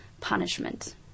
punishment